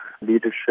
leadership